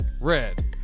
Red